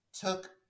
took